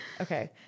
Okay